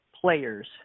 players